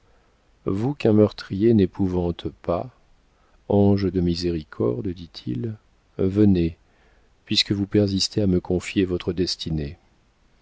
vous qu'un meurtrier n'épouvante pas ange de miséricorde dit-il venez puisque vous persistez à me confier votre destinée